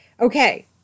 Okay